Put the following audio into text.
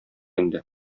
инде